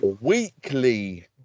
weekly